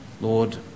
Lord